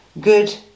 good